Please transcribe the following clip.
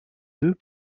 deux